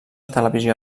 televisió